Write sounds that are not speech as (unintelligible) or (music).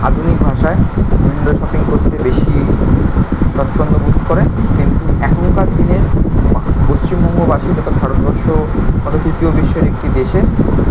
আধুনিক ভাষায় (unintelligible) করতে বেশি স্বচ্ছন্দ বোধ করেন কিন্তু এখনকার দিনে পশ্চিমবঙ্গবাসী তথা ভারতবর্ষ এখন তৃতীয় বিশ্বের একটি দেশে